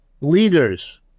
leaders